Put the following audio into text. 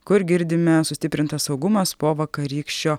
kur girdime sustiprintas saugumas po vakarykščio